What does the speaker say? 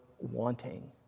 wanting